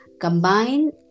combine